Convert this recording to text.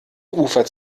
ufer